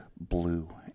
blue